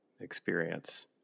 experience